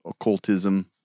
occultism